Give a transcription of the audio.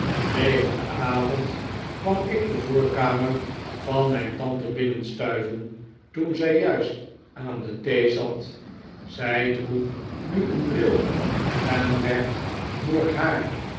tegen den avond kwam ik de voorkamer van mijn tante bimienstuiven toen zij juist aan de thee zat zij droeg nu een bril en werd door haar